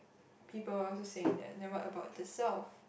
people also saying that then what about the self